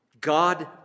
God